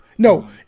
No